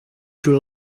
your